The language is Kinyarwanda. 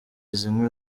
zimwe